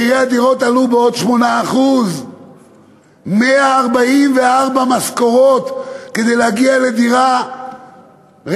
מחירי הדירות עלו בעוד 8%. 144 משכורות כדי להגיע לדירה רגילה,